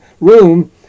room